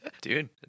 Dude